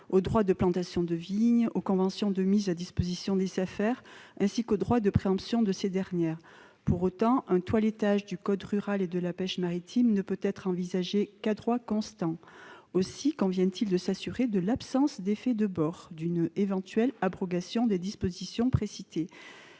aux droits de plantation de vignes, aux conventions de mise à disposition des Safer, ainsi qu'au droit de préemption dont disposent ces dernières. Pour autant, un toilettage du code rural et de la pêche maritime ne peut être envisagé qu'à droit constant. Aussi convient-il de s'assurer de l'absence d'« effets de bord » résultant d'une éventuelle abrogation des dispositions précitées.